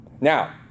Now